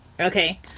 Okay